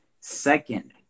Second